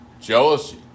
Jealousy